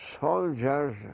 soldiers